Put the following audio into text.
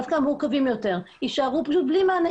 דווקא המורכבים יותר יישארו בליל מענה,